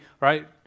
right